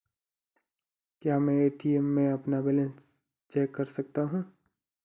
क्या मैं ए.टी.एम में अपना बैलेंस चेक कर सकता हूँ?